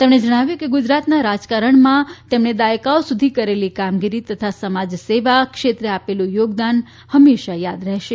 તેમણે જણાવ્યું કે ગુજરાતના રાજકારણમાં તેમણે દાયકાઓ સુધી કરેલી કામગીરી તથા સમાજસેવા ક્ષેત્રે આપેલુ યોગદાન હંમેશા યાદ રહેશે